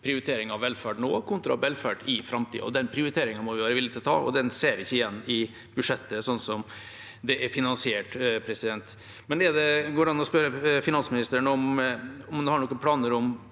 prioritering av velferd nå kontra velferd i framtida. Den prioriteringen må vi være villige til å ta, og den ser jeg ikke igjen i budsjettet, sånn som det er finansiert. Går det an å spørre finansministeren om han har noen planer om